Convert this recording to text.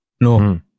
No